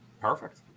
Perfect